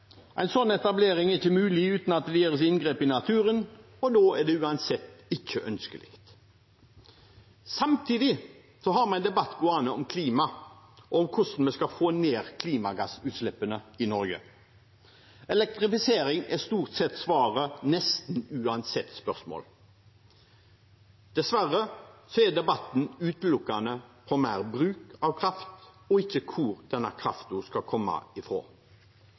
En sånn etablering er ikke mulig uten at det gjøres inngrep i naturen, og da er det uansett ikke ønskelig. Samtidig har vi en debatt gående om klima og om hvordan vi skal få ned klimagassutslippene i Norge. Elektrifisering er stort sett svaret nesten uansett spørsmål. Dessverre går debatten utelukkende på mer bruk av kraft, ikke hvor denne kraften skal komme